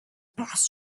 passed